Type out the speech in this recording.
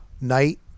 Night